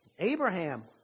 Abraham